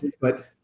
but-